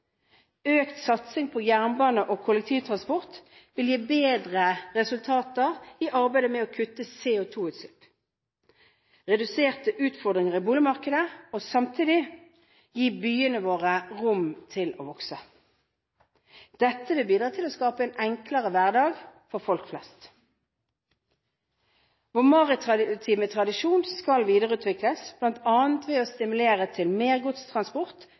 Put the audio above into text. Økt satsing på jernbane og kollektivtransport vil gi bedre resultater i arbeidet med å kutte CO2-utslipp, gi reduserte utfordringer i boligmarkedet og samtidig gi byene våre rom til å vokse. Dette vil bidra til å skape en enklere hverdag for folk flest. Vår maritime tradisjon skal videreutvikles, bl.a. ved å stimulere til mer godstransport